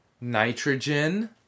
Nitrogen